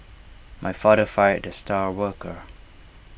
my father fired the star worker